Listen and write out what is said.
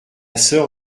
soeur